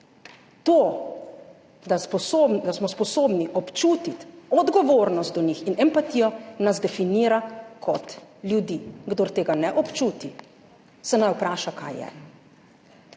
da smo sposobni občutiti odgovornost do njih in empatijo, nas definira kot ljudi. Kdor tega ne občuti, se naj vpraša, kaj je.